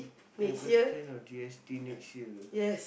ten percent on G_S_T next year